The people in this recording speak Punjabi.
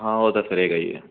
ਹਾਂ ਉਹ ਤਾਂ ਚਲੇ ਗਏ